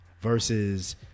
Versus